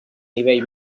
nivell